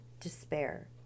despair